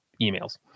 emails